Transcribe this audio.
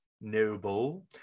noble